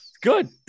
Good